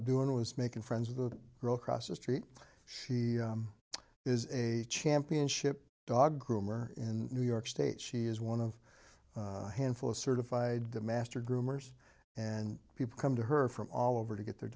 of doing was making friends of the girl cross the street she is a championship dog groomer in new york state she is one of handful of certified to master groomers and people come to her from all over to get their